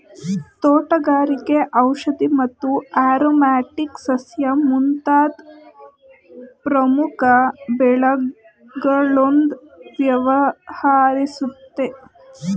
ತೋಟಗಾರಿಕೆ ಔಷಧಿ ಮತ್ತು ಆರೊಮ್ಯಾಟಿಕ್ ಸಸ್ಯ ಮುಂತಾದ್ ಪ್ರಮುಖ ಬೆಳೆಗಳೊಂದ್ಗೆ ವ್ಯವಹರಿಸುತ್ತೆ